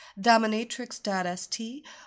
dominatrix.st